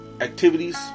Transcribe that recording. activities